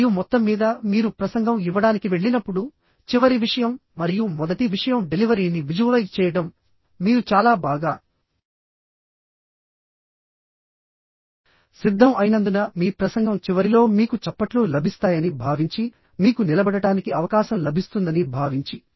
మరియు మొత్తంమీద మీరు ప్రసంగం ఇవ్వడానికి వెళ్ళినప్పుడు చివరి విషయం మరియు మొదటి విషయం డెలివరీని విజువలైజ్ చేయడం మీరు చాలా బాగా సిద్ధం అయినందున మీ ప్రసంగం చివరిలో మీకు చప్పట్లు లభిస్తాయని భావించి మీకు నిలబడటానికి అవకాశం లభిస్తుందని భావించి